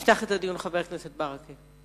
יפתח את הדיון חבר הכנסת מוחמד ברכה.